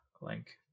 link